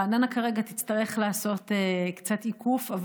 רעננה כרגע תצטרך לעשות קצת עיקוף,